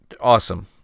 Awesome